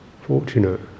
fortunate